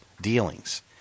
dealings